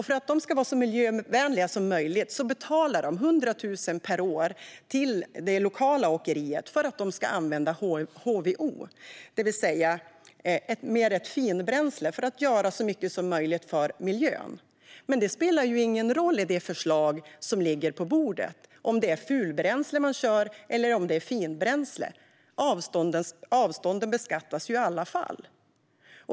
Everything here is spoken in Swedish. För att vara så miljövänliga som möjligt betalar de 100 000 kronor per år till det lokala åkeriet för att man ska använda HVO som bränsle, det vill säga mer av ett finbränsle, och göra så mycket som möjligt för miljön. Men med det förslag som nu ligger på bordet spelar det ingen roll om man kör med fulbränsle eller finbränsle - avstånden beskattas ju i alla fall.